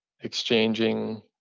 exchanging